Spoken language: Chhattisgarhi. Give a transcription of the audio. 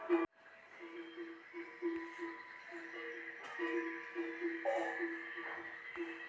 का मोर यू.पी.आई पिन बदल सकथे?